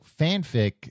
fanfic